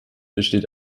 besteht